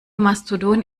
mastodon